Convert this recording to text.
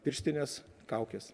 pirštinės kaukės